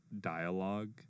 dialogue